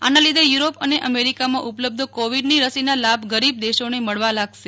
આના લીધે યુરોપ અને અમેરિકામાં ઉપલબ્ધ કોવિડની રસીના લાભ ગરીબ દેશોને મળવા લાગશે